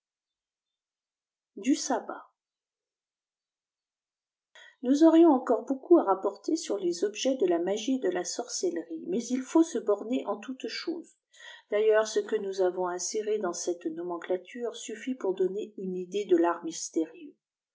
àcircé dusabal nous aurions encore beaucoup à rapporter sur les objets de la magie et de la sorcellerie mais il faut se borner en toutes choses d'ailleurs ce que nous avons inséré dans cette nomenclature suffit pour donner une idée de l'art